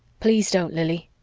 please don't, lili.